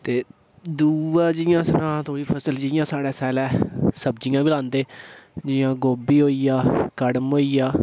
ते दूआ जि'यां फसल जि'यां साढ़े स्यालै सब्ज़ियां बी लांदे न गोभी होइया कड़म होइया